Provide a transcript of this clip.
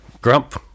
Grump